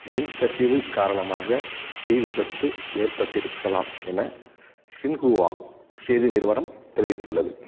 மின்கசிவு காரணமாக தீ விபத்து ஏற்பட்டு இருக்கலாம் என சின்ஹூவா செய்தி நிறுவனம் தெரிவித்துள்ளது